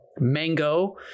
Mango